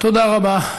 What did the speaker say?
תודה רבה.